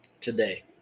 today